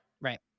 Right